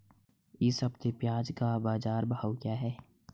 इस हफ्ते प्याज़ का बाज़ार भाव क्या है?